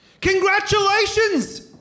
Congratulations